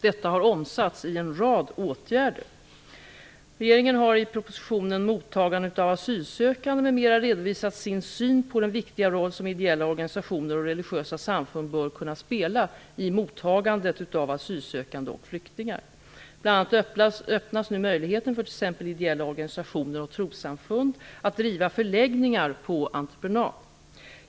Detta har omsatts i en rad åtgärder. Regeringen har i propositionen Mottagande av asylsökande m.m. redovisat sin syn på den viktiga roll som ideella organisationer och religiösa samfund bör kunna spela i mottagandet av asylsökande och flyktingar. Bl.a. öppnas nu möjligheten för t.ex. ideella organisationer och trossamfund att driva förläggningar på entreprenad.